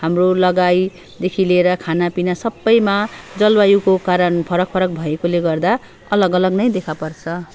हाम्रो लगाइदेखि लिएर खानापिना सबैमा जलवायुको कारण फरक फरक भएकोले गर्दा अलग अलग नै देखापर्छ